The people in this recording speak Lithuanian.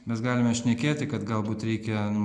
mes galime šnekėti kad galbūt reikia